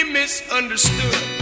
misunderstood